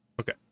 Okay